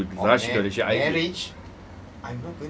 I don't think you should rush into a relationship I